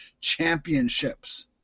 Championships